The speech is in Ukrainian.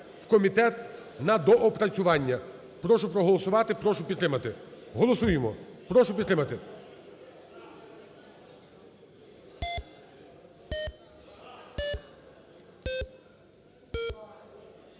(6405) в комітет на доопрацювання, прошу проголосувати, прошу підтримати. Голосуємо. Прошу підтримати.